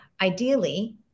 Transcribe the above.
Ideally